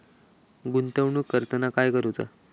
गुंतवणूक करताना काय करुचा?